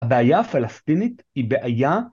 הבעיה הפלסטינית היא בעיה